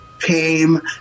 came